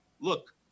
Look